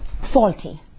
faulty